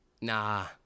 Nah